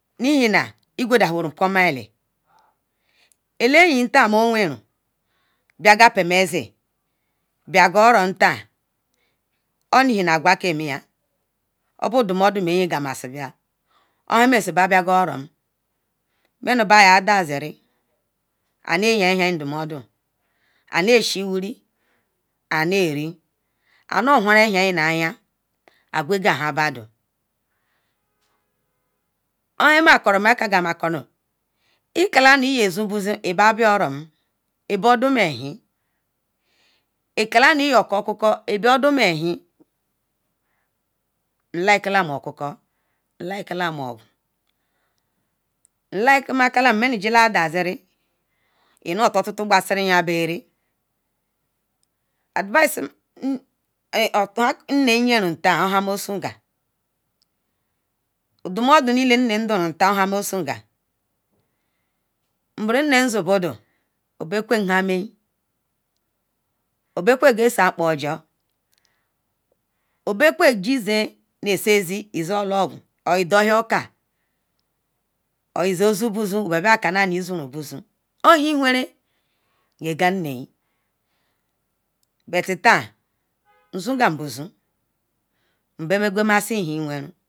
nu ihinal igudan wari ehin eli biagal pal me si biaga oro tan obo iyeren akwokamiyan zii ebodomodo mayin ga ahim ohamerum babia ga orom maruba ya dazi ri ane yin ehen ndomodo ane shiwiri aneri anu han ehen nayin agwe nhan badon ikala nu iya zon bozou iza bia orom okala iyokoko ibodom mahem nu like lam okoko nliki la ogun nlikita manu ji da ziri i nu tu otu tu kprsiri han beral advice nne rerum oha mo soga ndo modou nne nu adam ye rem ohan mosogal nbro nne si bodou osakwa isan kpaju obokwe l dohiaka ohyizen dohka okaor izen zuubozun yinga nne nkwan bia kasi hin zorunbo zon ohn weren ye ngal nne bet tah nzongani bozon nben memasi hiweren